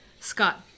Scott